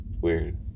Weird